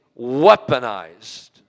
weaponized